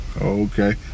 Okay